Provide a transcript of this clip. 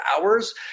hours